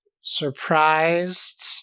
surprised